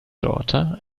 daughter